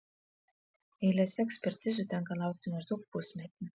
eilėse ekspertizių tenka laukti maždaug pusmetį